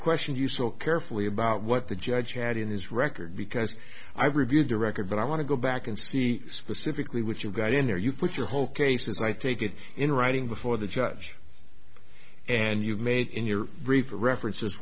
question you so carefully about what the judge had in his record because i've reviewed the record but i want to go back and see specifically which you got in there you put your whole case is i take it in writing before the judge and you made in your brief references